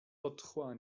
otchła